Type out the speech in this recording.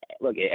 look